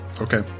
Okay